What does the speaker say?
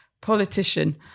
politician